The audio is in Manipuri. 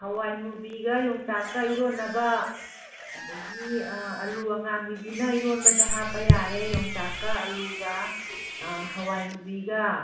ꯍꯋꯥꯏꯃꯨꯕꯤꯒ ꯌꯣꯡꯆꯥꯛꯀ ꯏꯔꯣꯟꯅꯕ ꯑꯗꯒꯤ ꯑꯥꯜꯂꯨ ꯑꯉꯥꯡꯕꯤꯁꯤꯅ ꯏꯔꯣꯟꯕꯗ ꯍꯥꯞꯄ ꯌꯥꯔꯦ ꯌꯣꯡꯆꯥꯛꯀ ꯑꯥꯥꯥꯥꯥꯥꯥꯥꯥꯥꯥꯥꯥꯜꯂꯨꯒ ꯍꯋꯥꯏꯃꯨꯕꯤꯒ